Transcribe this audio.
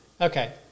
Okay